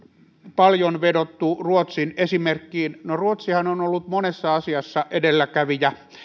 paljon vedottu ruotsin esimerkkiin no ruotsihan on ollut monessa asiassa edelläkävijä